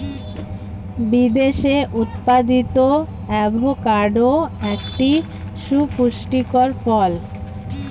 বিদেশে উৎপাদিত অ্যাভোকাডো একটি সুপুষ্টিকর ফল